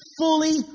fully